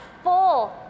full